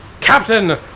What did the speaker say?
Captain